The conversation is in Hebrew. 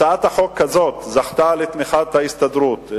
הצעת החוק הזאת זכתה לתמיכת ההסתדרות,